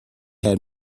had